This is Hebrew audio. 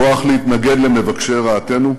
כוח להתנגד למבקשי רעתנו,